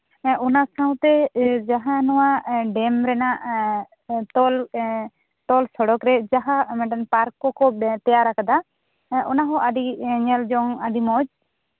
ᱦᱮᱸ ᱚᱱᱟ ᱥᱟᱶᱛᱮ ᱡᱟᱦᱟᱸ ᱱᱚᱶᱟ ᱰᱮᱢ ᱨᱮᱭᱟᱜ ᱮᱸ ᱛᱚᱞ ᱮᱸ ᱛᱚᱞ ᱥᱚᱲᱚᱠ ᱨᱮ ᱡᱟᱦᱟᱸ ᱢᱤᱫᱴᱮᱱ ᱯᱟᱨᱠ ᱠᱚᱠᱚ ᱛᱮᱭᱟᱨ ᱟᱠᱟᱫᱟ ᱮᱸ ᱚᱱᱟ ᱦᱚᱸ ᱟᱹᱰᱤ ᱧᱮᱞ ᱡᱚᱝ ᱟᱹᱰᱤ ᱢᱚᱸᱡᱽ